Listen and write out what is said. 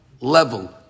level